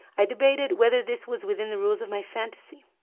i debated whether this was within the rules of my fantasy.